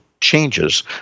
changes